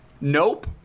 Nope